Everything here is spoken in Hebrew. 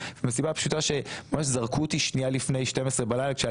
ומהסיבה הפשוטה שממש זרקו אותי שנייה לפני 12 בלילה כשהיה